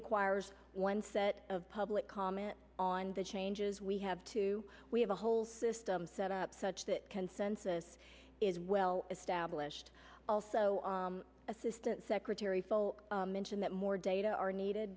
requires one set of public comment on the changes we have to we have a whole system set up such that consensus is well established also assistant secretary for all mention that more data are needed